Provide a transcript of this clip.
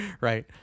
right